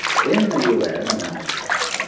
in the un and elsewhere,